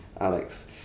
Alex